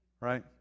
right